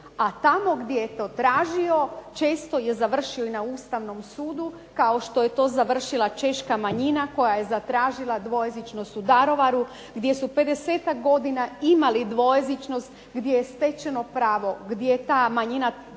a tamo gdje je to tražio često je završio i na Ustavnom sudu kao što je to završila češka manjina koja je zatražila dvojezičnost u Daruvaru gdje su pedesetak godina imali dvojezičnost, gdje je stečeno pravo, gdje je ta manjina tradicionalno